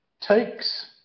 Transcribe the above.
takes